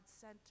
sent